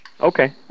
Okay